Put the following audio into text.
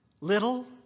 little